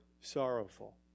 sorrowful